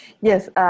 Yes